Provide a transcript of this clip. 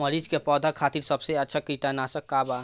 मिरचाई के पौधा खातिर सबसे अच्छा कीटनाशक का बा?